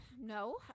no